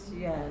yes